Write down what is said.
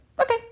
Okay